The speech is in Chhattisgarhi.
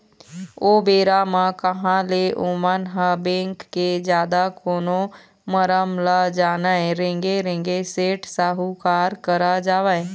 ओ बेरा म कहाँ ले ओमन ह बेंक के जादा कोनो मरम ल जानय रेंगे रेंगे सेठ साहूकार करा जावय